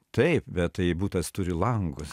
taip bet tai butas turi langus